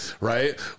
right